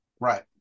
Right